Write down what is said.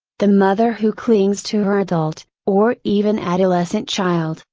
the mother who clings to her adult, or even adolescent child,